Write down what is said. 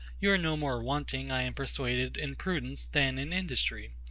you are no more wanting, i am persuaded, in prudence, than in industry.